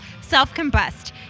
self-combust